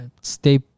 stay